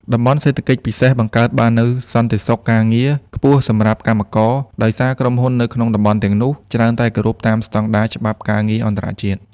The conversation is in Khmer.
តំបន់សេដ្ឋកិច្ចពិសេស បង្កើតបាននូវ "សន្តិសុខការងារ" ខ្ពស់សម្រាប់កម្មករ ដោយសារក្រុមហ៊ុននៅក្នុងតំបន់ទាំងនោះច្រើនតែគោរពតាមស្ដង់ដារច្បាប់ការងារអន្តរជាតិ។